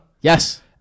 Yes